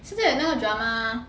是不是有那个 drama